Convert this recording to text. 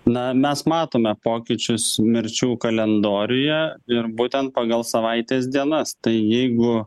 na mes matome pokyčius mirčių kalendoriuje ir būtent pagal savaitės dienas tai jeigu